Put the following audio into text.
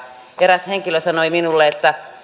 eräs henkilö sanoi minulle että